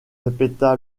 répéta